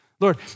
Lord